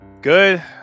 Good